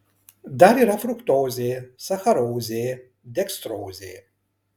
dar yra fruktozė sacharozė dekstrozė